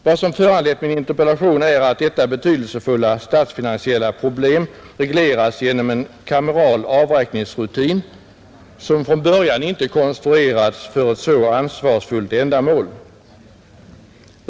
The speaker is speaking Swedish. Vad som föranlett min interpellation är att detta betydelsefulla statsfinansiella problem regleras genom en kameral avräkningsrutin som från början inte konstruerats för ett så ansvarsfullt ändamål.